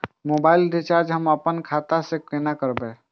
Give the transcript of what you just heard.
Mobile recharge हम आपन खाता से कोना करबै?